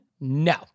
No